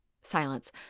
Silence